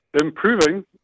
Improving